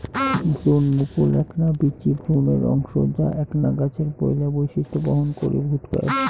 ভ্রুণমুকুল এ্যাকনা বীচি ভ্রূণের অংশ যা এ্যাকনা গছের পৈলা বৈশিষ্ট্য বহন করি ভুকটায়